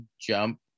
jump